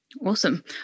Awesome